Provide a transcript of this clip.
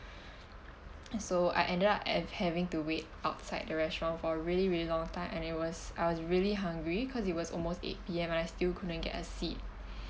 and so I ended up at having to wait outside the restaurant for really really long time and it was I was really hungry cause it was almost eight P_M and I still couldn't get a seat